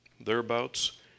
thereabouts